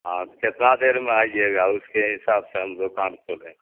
ہاں تو کتنا دیر میں آئیے گا اس کے حساب سے ہم دکان کھولیں